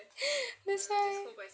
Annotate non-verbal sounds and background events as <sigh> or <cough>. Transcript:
<laughs> that's why